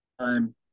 time